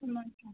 मग काय